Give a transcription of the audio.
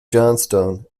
johnstone